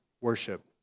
worship